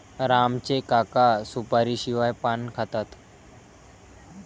राम चे काका सुपारीशिवाय पान खातात